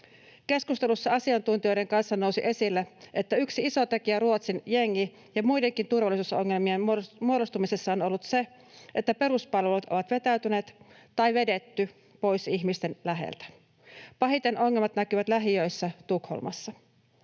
Keskustelussa asiantuntijoiden kanssa nousi esille, että yksi iso tekijä Ruotsin jengi‑ ja muidenkin turvallisuusongelmien muodostumisessa on ollut se, että peruspalvelut ovat vetäytyneet tai vedetty pois ihmisten läheltä. Pahiten ongelmat näkyvät lähiöissä Tukholmassa.